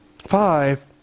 Five